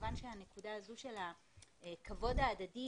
וכמובן שהנקודה הזאת של הכבוד ההדדי,